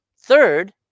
third